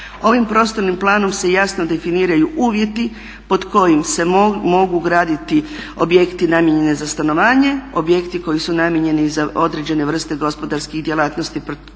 Ovim prostornim planom se jasno definiraju uvjeti pod kojim se mogu graditi objekti namijenjeni za stanovanje, objekti koji su namijenjeni za određene vrste gospodarskih djelatnosti, pri